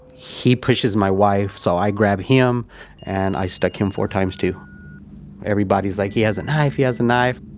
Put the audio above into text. he pushes my wife. so i grab him and i stuck him four times too everybody's like, he has a knife! he has a knife!